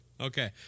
Okay